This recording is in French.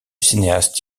cinéaste